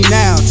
now